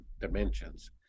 dimensions